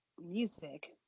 music